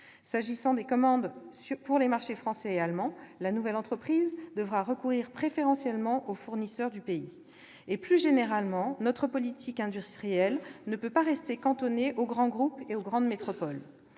S'agissant des commandes pour les marchés français et allemand, elle devra recourir préférentiellement aux fournisseurs du pays. Plus généralement, notre politique industrielle ne peut rester cantonnée aux grands groupes et aux grandes métropoles.